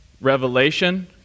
revelation